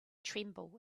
tremble